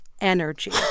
energy